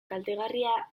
kaltegarria